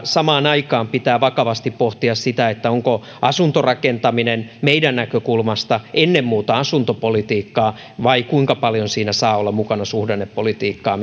samaan aikaan pitää vakavasti pohtia sitä onko asuntorakentaminen meidän näkökulmastamme ennen muuta asuntopolitiikkaa vai kuinka paljon siinä saa olla mukana suhdannepolitiikkaa